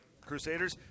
Crusaders